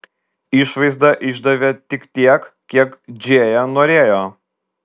išvaizda išdavė tik tiek kiek džėja norėjo